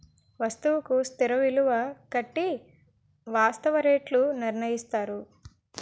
వస్తువుకు స్థిర విలువ కట్టి వాస్తవ రేట్లు నిర్ణయిస్తారు